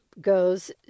goes